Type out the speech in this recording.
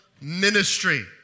ministry